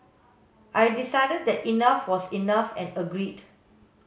I decided that enough was enough and agreed